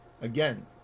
again